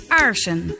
Aarsen